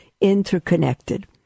interconnected